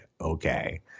okay